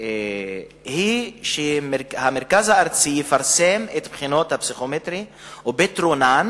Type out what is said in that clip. היא שהמרכז הארצי יפרסם את הבחינות הפסיכומטריות ופתרונן